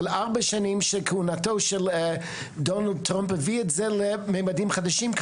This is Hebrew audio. אבל ארבע שנים של כהונתו של דונלד טראמפ הביא את זה למימדים חדשים,